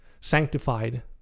sanctified